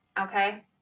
okay